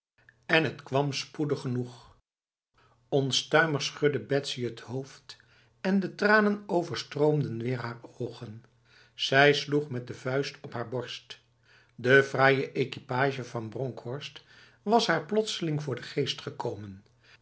en het kwam spoedig genoegl onstuimig schudde betsy het hoofd en de tranen overstroomden weer haar ogen zij sloeg met de vuist op haar borst de fraaie equipage van bronkhorst was haar plotseling voor de geest gekomen